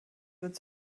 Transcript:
wird